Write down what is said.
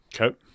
Okay